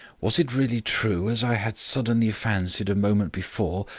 was it really true, as i had suddenly fancied a moment before,